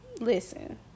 Listen